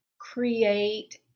create